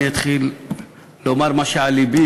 אני אתחיל לומר מה שעל לבי,